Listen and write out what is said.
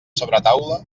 sobretaula